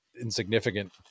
insignificant